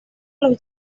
los